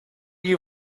you